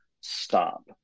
stop